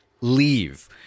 leave